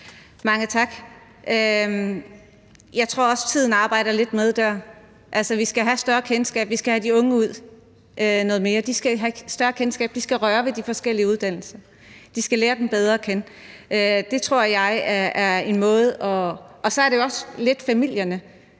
Mange tak. Jeg tror også, at tiden arbejder lidt med der. Vi skal have de unge noget mere ud, de skal have et større kendskab, de skal røre ved de forskellige uddannelser, de skal lære dem bedre at kende. Det tror jeg er en måde at gøre det på. Så har